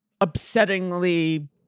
upsettingly